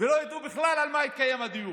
ולא ידעו בכלל על מה התקיים הדיון,